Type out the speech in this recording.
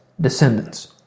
descendants